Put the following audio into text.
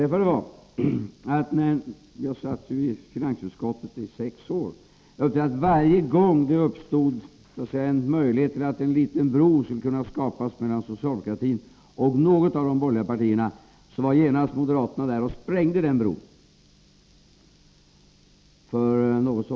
Jag satt i finansutskottet i sex år, och vad som inträffade då var att varje gång det uppstod en möjlighet till att en liten bro skulle kunna skapas mellan socialdemokratin och något av de borgerliga partierna, var genast moderaterna där och sprängde den bron.